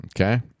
okay